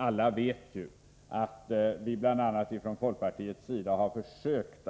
Alla vet, att vi bl.a. från folkpartiet har försökt